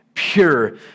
pure